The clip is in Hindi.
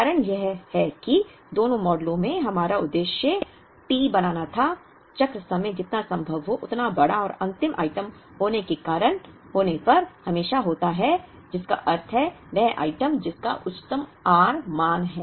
कारण यह है कि दोनों मॉडलों में हमारा उद्देश्य T बनाना था चक्र समय जितना संभव हो उतना बड़ा और अंतिम आइटम के होने पर हमेशा होता है जिसका अर्थ है वह आइटम जिसका उच्चतम आर मान है